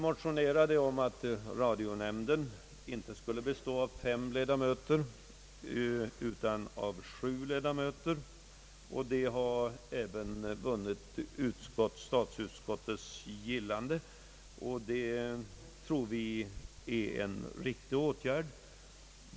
Vi motionerade om att radionämnden skulle bestå av sju ledamöter i stället för av fem ledamöter, och detta förslag har även tillstyrkts av statsutskottet. Vi tror att detta är en riktig åtgärd.